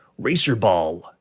Racerball